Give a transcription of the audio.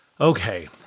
Okay